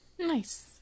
Nice